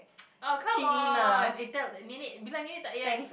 oh come on eh tell nenek bilang nenek tak ya